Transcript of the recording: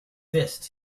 fist